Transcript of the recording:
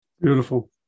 Beautiful